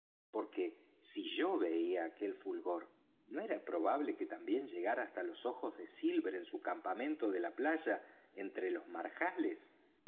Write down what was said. porque si yo veía aquel fulgor no era probable que también llegara hasta los ojos de silver en su campamento de la playa entre los marjales